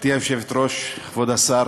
גברתי היושבת-ראש, כבוד השר,